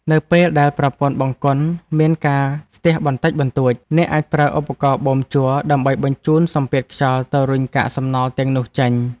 នៅពេលដែលប្រព័ន្ធបង្គន់មានការស្ទះបន្តិចបន្តួច អ្នកអាចប្រើឧបករណ៍បូមជ័រដើម្បីបញ្ជូនសម្ពាធខ្យល់ទៅរុញកាកសំណល់ទាំងនោះចេញ។